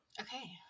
Okay